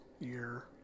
year